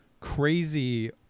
crazy